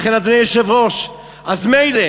לכן, אדוני היושב-ראש, אז מילא,